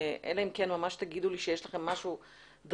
אלא אם כן תגידו לי שיש לכם משהו דרמטי.